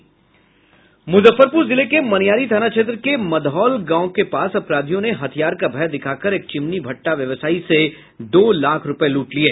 मुजफ्फरपुर जिले के मनियारी थाना क्षेत्र के मधौल गांव के पास अपराधियों ने हथियार का भय दिखाकर एक चिमनी भट्टा व्यवसायी से दो लाख रूपये लूट लिये